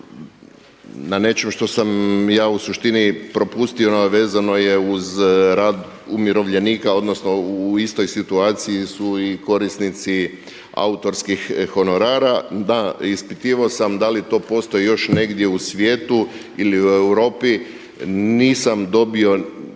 na nečem što sam ja u suštini propustio a vezano je uz rad umirovljenika odnosno u istoj situaciji su i korisnici autorskih honorara. Da ispitivao sam da li to postoji još negdje u svijetu ili u Europi. Nisam dobio